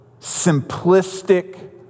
simplistic